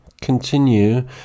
continue